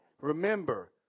Remember